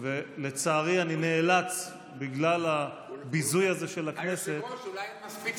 ובגלל הביזוי הזה של הכנסת אני נאלץ,